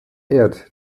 geehrt